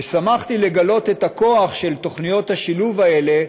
ושמחתי לגלות את הכוח של תוכניות השילוב האלה,